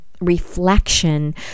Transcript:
reflection